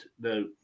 no